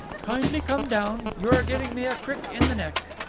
kindly come down. you are giving me a crick in the neck.